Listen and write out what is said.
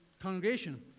congregation